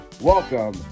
Welcome